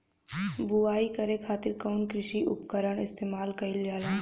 बुआई करे खातिर कउन कृषी उपकरण इस्तेमाल कईल जाला?